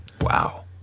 Wow